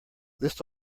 list